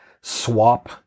swap